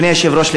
אדוני היושב-ראש,